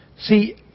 See